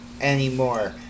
anymore